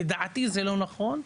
לדעתי זה לא נכון,